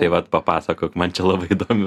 tai vat papasakok man čia labai įdomiu